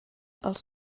els